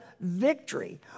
victory